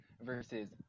versus